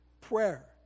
prayer